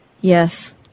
Yes